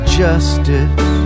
justice